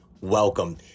welcome